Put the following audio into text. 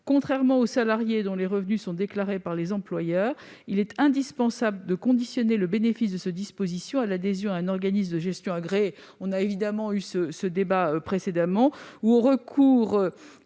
contrairement aux salariés dont les revenus sont déclarés par les employeurs, il est indispensable de conditionner le bénéfice de ce dispositif à l'adhésion à un organisme de gestion agréé- on a déjà eu ce débat précédemment